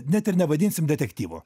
net ir nevadinsim detektyvu